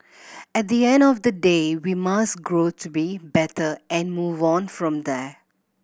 at the end of the day we must grow to be better and move on from there